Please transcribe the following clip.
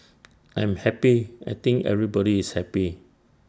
I'm happy I think everybody is happy